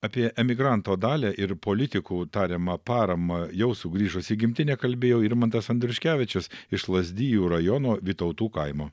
apie emigranto dalią ir politikų tariamą paramą jau sugrįžus į gimtinę kalbėjo irmantas andriuškevičius iš lazdijų rajono vytautų kaimo